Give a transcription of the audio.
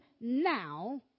now